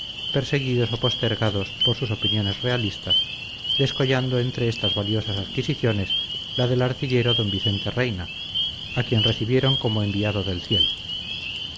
perseguidos o postergados por sus opiniones realistas descollando entre estas valiosas adquisiciones la del artillero d vicente reina a quien recibieron como enviado del cielo